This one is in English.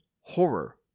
horror